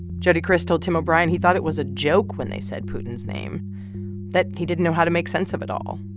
jody kriss told tim o'brien he thought it was a joke when they said putin's name that he didn't know how to make sense of it all.